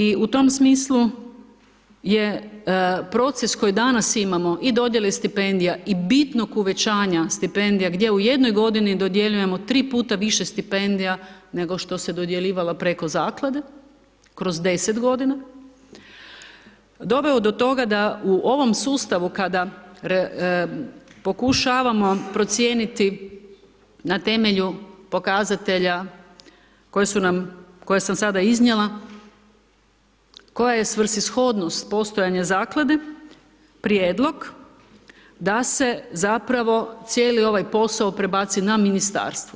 I u tom smislu je proces kojeg danas imamo i dodjele stipendija i bitnog uvećanja stipendija gdje u jednoj godini dodjeljujemo tri puta više stipendija nego što se dodjeljivala preko zaklade, kroz 10 godina, doveo do toga da u ovom sustavu kada pokušavamo procijeniti na temelju pokazatelja koji su nam, koje sam sada iznijela koja je svrsishodnost postojanja zaklade, prijedlog da zapravo cijeli ovaj posao prebaci na ministarstvo.